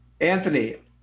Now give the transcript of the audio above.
Anthony